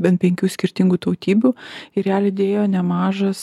bent penkių skirtingų tautybių ir ją lydėjo nemažas